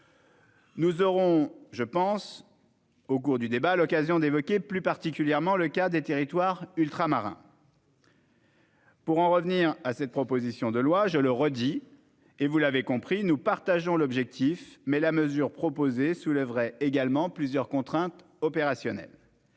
Nous aurons l'occasion, au cours du débat, d'évoquer plus particulièrement le cas des territoires ultramarins. Pour en revenir à cette proposition de loi, je le redis et vous l'avez compris, nous partageons l'objectif, mais la mesure proposée soulèverait plusieurs contraintes opérationnelles.